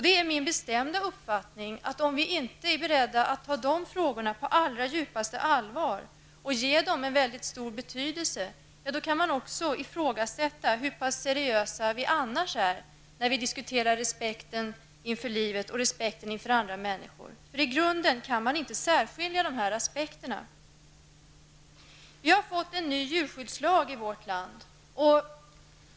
Det är min bestämda uppfattning, att om vi inte är beredda att ta dessa frågor på djupaste allvar och tillmäta dem mycket stor betydelse, kan man också ifrågasätta hur seriösa vi annars är när vi diskuterar respekten för livet och för andra människor. I grund och botten kan man inte särskilja de här aspekterna. Vi har fått en ny djurskyddslag i vårt land.